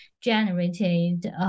generated